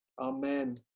Amen